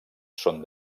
són